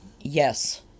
yes